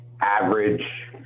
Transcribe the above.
average